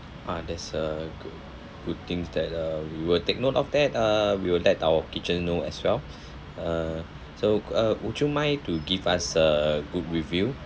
ah that's a good good things that uh we will take note of that uh we will let our kitchen know as well uh so uh would you mind to give us a good review